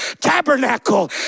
tabernacle